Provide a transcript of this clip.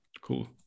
Cool